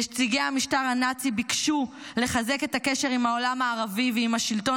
נציגי המשטר הנאצי ביקשו לחזק את הקשר עם העולם הערבי ועם השלטון